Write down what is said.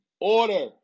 order